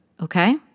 Okay